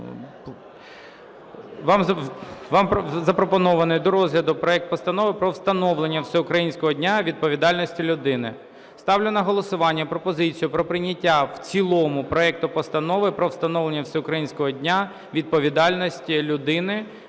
Вам запропонований до розгляду проект Постанови про встановлення Всеукраїнського Дня відповідальності людини. Ставлю на голосування пропозицію про прийняття в цілому проект Постанови про встановлення Всеукраїнського Дня відповідальності людини